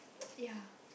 ya